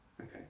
Okay